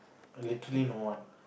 literally no one